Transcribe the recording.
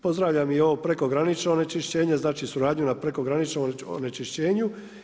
Pozdravljam i ovo prekogranično onečišćenje, znači suradnju na prekograničnom nečišćenu.